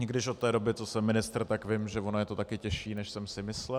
I když od té doby, co jsem ministr, tak vím, že ono je to taky těžší, než jsem si myslel.